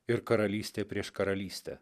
ir karalystė prieš karalystę